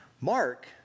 Mark